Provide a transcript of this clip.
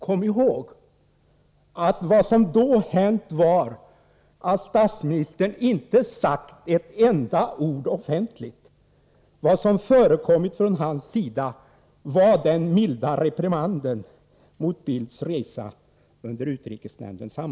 Kom ihåg att vad som då hänt var att statsministern inte sagt ett enda ord offentligt. Vad som förevarit från hans sida var den under utrikesnämndens sammanträde framförda milda reprimanden mot Carl Bildts resa.